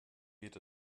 geht